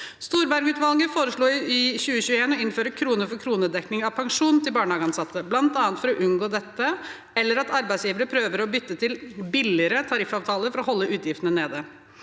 Storberget-utvalget foreslo i 2021 å innføre krone-for-krone-dekning av pensjon til barnehageansatte, bl.a. for å unngå dette eller at arbeidsgivere prøver å bytte til billigere tariffavtaler for å holde utgiftene nede.